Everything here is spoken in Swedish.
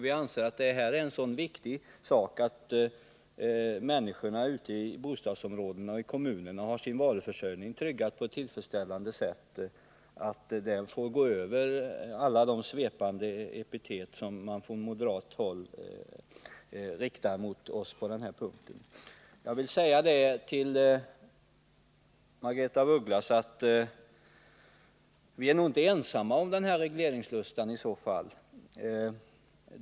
Vi anser att det är så viktigt att människorna har sin varuförsörjning tryggad på ett tillfredsställande sätt i bostadsområdena och i kommunerna att det får ta över alla de svepande epitet som man från moderat håll riktar mot oss på den här punkten. Jag vill säga till Margaretha af Ugglas att vi i så fall inte är ensamma om den här regleringslustan.